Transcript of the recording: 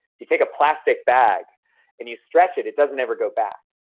you take a plastic bag and you stretch it, it doesn't ever go back.